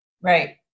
Right